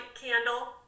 candle